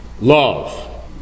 Love